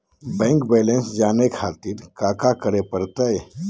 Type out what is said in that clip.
Bank balance जाने खातिर काका करे पड़तई?